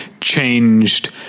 changed